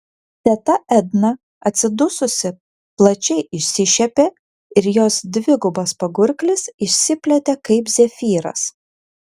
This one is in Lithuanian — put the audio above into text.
teta edna atsidususi plačiai išsišiepė ir jos dvigubas pagurklis išsiplėtė kaip zefyras